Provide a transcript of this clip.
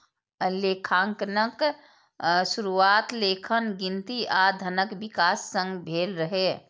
लेखांकनक शुरुआत लेखन, गिनती आ धनक विकास संग भेल रहै